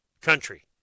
country